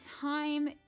time